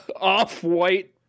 off-white